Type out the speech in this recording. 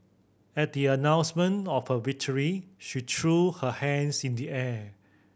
at the announcement of her victory she threw her hands in the air